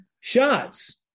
shots